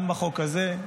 גם בחוק הזה,